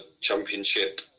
championship